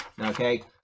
okay